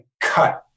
cut